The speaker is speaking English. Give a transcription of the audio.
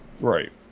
Right